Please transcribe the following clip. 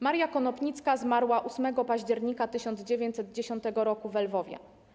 Maria Konopnicka zmarła 8 października 1910 roku we Lwowie.